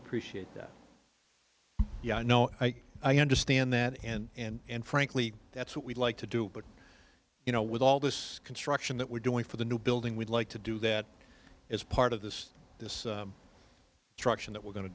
appreciate that yeah no i understand that and frankly that's what we'd like to do but you know with all this construction that we're doing for the new building we'd like to do that as part of this this truck that we're going to